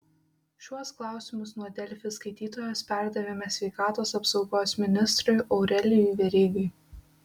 šiuos klausimus nuo delfi skaitytojos perdavėme sveikatos apsaugos ministrui aurelijui verygai